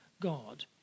God